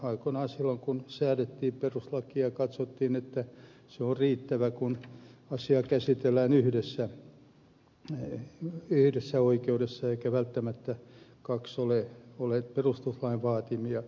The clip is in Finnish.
aikoinaan kun säädettiin perustuslakia katsottiin että se on riittävää kun asia käsitellään yhdessä oikeudessa siis välttämättä kaksi porrasta eivät ole perustuslain vaatimia